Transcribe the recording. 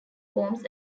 forms